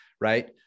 right